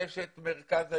יש את מרכז הארגונים,